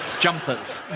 Jumpers